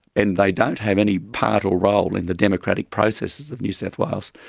and they don't have any part or role in the democratic processes of new south wales.